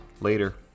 Later